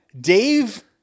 Dave